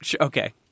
Okay